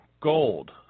gold